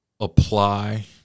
apply